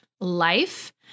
life